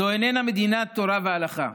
זו איננה מדינת תורה והלכה.